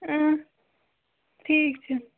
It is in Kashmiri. ٹھیٖک چھُ